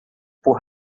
por